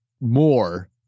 more